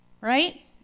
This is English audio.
right